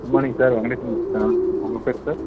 good morning sir Venkatesan பேசுறேன் உங்க பேர் சார்